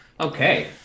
Okay